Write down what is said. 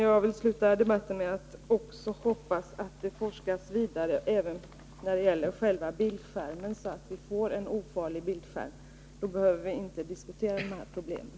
Jag vill sluta debatten med att uttala förhoppningen att det också forskas vidare när det gäller själva bildskärmen, så att vi får ofarliga sådana. Då behöver vi inte diskutera det här problemet.